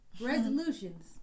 resolutions